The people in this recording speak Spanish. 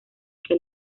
que